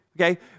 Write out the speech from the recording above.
Okay